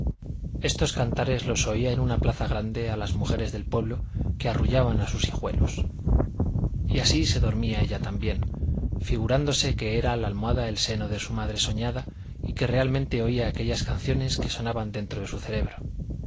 estos cantares los oía en una plaza grande a las mujeres del pueblo que arrullaban a sus hijuelos y así se dormía ella también figurándose que era la almohada el seno de su madre soñada y que realmente oía aquellas canciones que sonaban dentro de su cerebro